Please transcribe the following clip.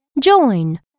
join